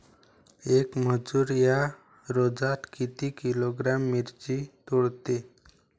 येक मजूर या रोजात किती किलोग्रॅम मिरची तोडते?